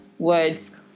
Words